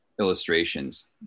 illustrations